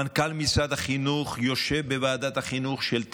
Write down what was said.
מנכ"ל משרד החינוך יושב בוועדת החינוך של טייב,